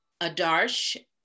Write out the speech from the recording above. Adarsh